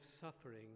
suffering